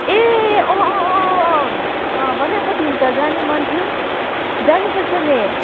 ए अँ अँ अँ अँ बनाएको थियौँ त जाने मन थियो जानुपर्छ नि